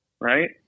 Right